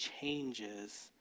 changes